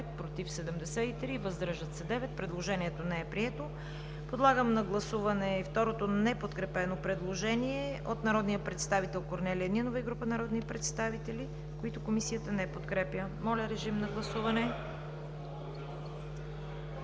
против 73, въздържали се 9. Предложението не е прието. Подлагам на гласуване и второто неподкрепеното предложение от народния представител Корнелия Нинова и група народни представители, които Комисията не подкрепя. (Шум и реплики.)